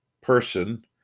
person